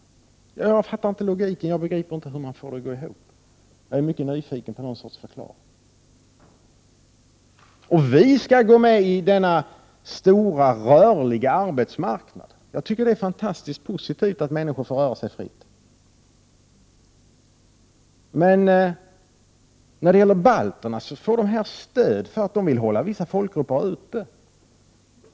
Jag fattar inte logiken. Jag begriper inte hur man får det att gå ihop. Jag är mycket nyfiken på någon sorts förklaring. Vi skall gå med i Västeuropas stora rörliga arbetsmarknad — och jag tycker att det är fantastiskt positivt att människor får röra sig fritt — men balterna får här stöd för att de vill hålla vissa folkgrupper ute.